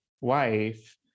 wife